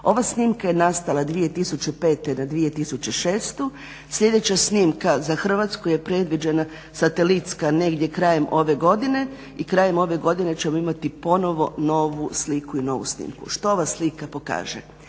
Ova snimka je nastala 2005. na 2006. Sljedeća snimka za Hrvatsku je predviđena satelitska negdje krajem ove godine i krajem ove godine ćemo imati ponovo novu sliku i novu snimku. Što ova slika pokaže?